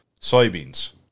soybeans